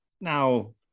Now